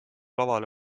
lavale